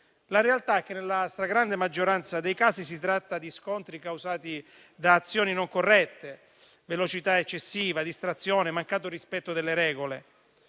La realtà è che nella stragrande maggioranza dei casi si tratta di scontri causati da azioni non corrette, velocità eccessiva, distrazione, mancato rispetto delle regole.